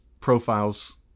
profiles